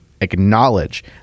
acknowledge